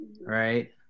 right